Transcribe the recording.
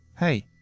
Hey